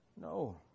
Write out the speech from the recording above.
No